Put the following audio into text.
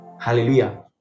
Hallelujah